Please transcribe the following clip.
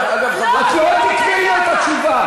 את לא תקבעי לו את התשובה.